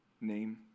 name